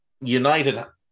United